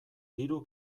diru